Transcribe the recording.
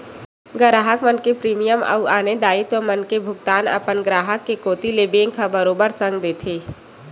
गराहक मन के प्रीमियम अउ आने दायित्व मन के भुगतान अपन ग्राहक के कोती ले बेंक ह बरोबर संग देथे